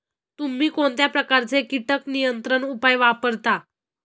तुम्ही कोणत्या प्रकारचे कीटक नियंत्रण उपाय वापरता?